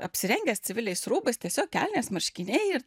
apsirengęs civiliais rūbais tiesiog kelnės marškiniai ir